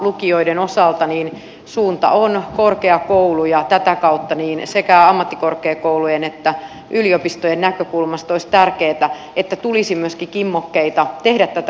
lukioiden osalta suunta on korkeakoulu ja tätä kautta sekä ammattikorkeakoulujen että yliopistojen näkökulmasta olisi tärkeätä että tulisi myöskin kimmokkeita tehdä tätä yhteistyötä